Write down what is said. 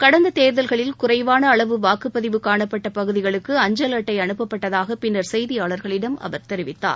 கடந்த தேர்தல்களில் குறைவான அளவு வாக்குப்பதிவு காணப்பட்ட பகுதிகளுக்கு அஞ்சல் அட்டை அனுப்பப்பட்டதாக பின்னர் செய்தியாளர்களிடம் அவர் தெரிவித்தார்